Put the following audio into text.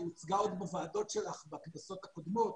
היא הוצגה עוד בוועדות שלך בכנסות הקודמות,